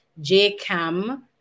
jcam